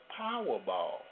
Powerball